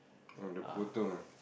oh the Potong ah